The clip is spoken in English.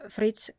Fritz